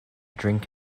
drink